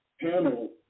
panel